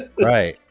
Right